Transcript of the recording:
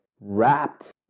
wrapped